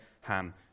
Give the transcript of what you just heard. Ham